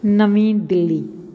ਨਵੀਂ ਦਿੱਲੀ